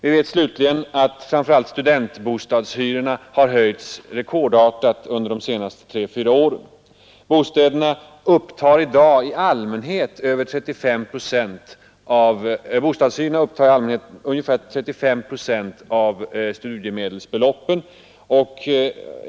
Vi vet slutligen att framför allt studentbostadshyrorna har höjts rekordartat under de senaste tre fyra åren. Bostadshyrorna upptar i dag i allmänhet över 35 procent av studiemedelsbeloppen.